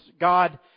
God